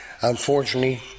Unfortunately